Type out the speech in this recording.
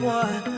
one